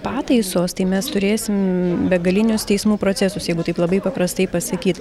pataisos tai mes turėsim begalinius teismų procesus jeigu taip labai paprastai pasakyt